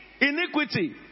iniquity